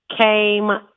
came